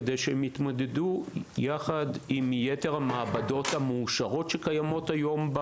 כדי שהן יתמודדו יחד עם יתר המעבדות המאושרות שקיימות היום,